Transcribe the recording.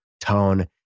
tone